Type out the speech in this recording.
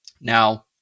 Now